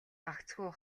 гагцхүү